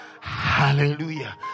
hallelujah